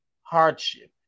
Hardship